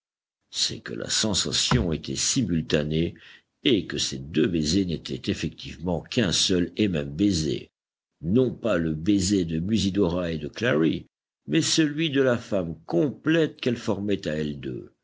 c'est que la sensation était simultanée et que ces deux baisers n'étaient effectivement qu'un seul et même baiser non pas le baiser de musidora et de clary mais celui de la femme complète qu'elles formaient à elles deux